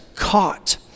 caught